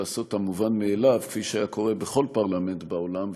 לעשות את המובן מאליו כפי שהיה קורה בכל פרלמנט בעולם,